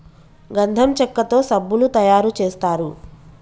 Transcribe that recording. గంధం చెక్కతో సబ్బులు తయారు చేస్తారు